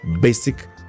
basic